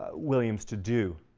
ah williams to do.